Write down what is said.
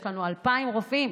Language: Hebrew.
יש לנו 2,000 רופאים